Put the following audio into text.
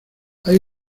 hay